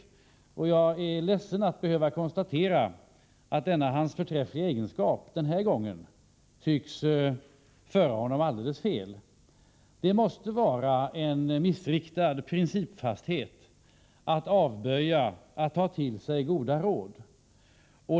Jag är därför ledsen att behöva konstatera att denna hans förträffliga egenskap denna gång tycks föra honom alldeles fel. Det måste vara en missriktad principfasthet att avböja att ta emot goda råd.